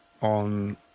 on